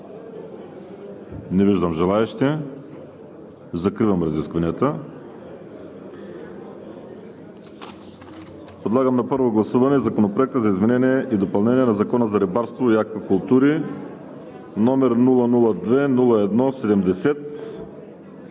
Не виждам желаещи. Закривам разискванията. Подлагам на първо гласуване Законопроект за изменение и допълнение на Закона за рибарството и аквакултурите, № 002-01-70,